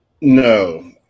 No